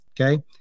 Okay